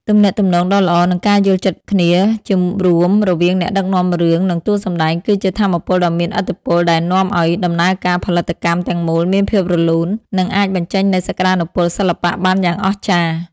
ទំនាក់ទំនងដ៏ល្អ និងការយល់ចិត្តគ្នាជារួមរវាងអ្នកដឹកនាំរឿង និងតួសម្ដែង គឺជាថាមពលដ៏មានឥទ្ធិពលដែលនាំឱ្យដំណើរការផលិតកម្មទាំងមូលមានភាពរលូន និងអាចបញ្ចេញនូវសក្ដានុពលសិល្បៈបានយ៉ាងអស្ចារ្យ។